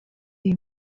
iyi